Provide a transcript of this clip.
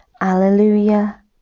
Alleluia